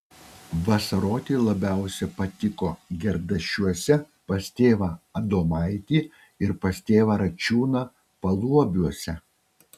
vasaroti labiausiai patiko gerdašiuose pas tėvą adomaitį ir pas tėvą račiūną paluobiuose